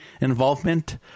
involvement